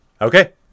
Okay